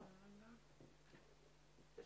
מדובר על